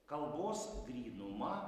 kalbos grynumą